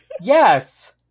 Yes